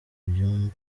ibyumba